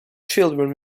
children